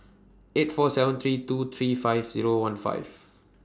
eight four seven three two three five Zero one five